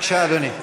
בבקשה, אדוני.